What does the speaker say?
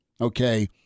okay